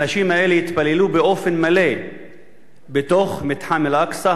האנשים האלה התפללו באופן מלא בתוך מתחם אל-אקצא,